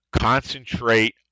concentrate